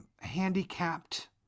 handicapped